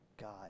God